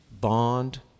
bond